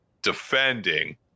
defending